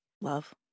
Love